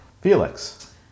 Felix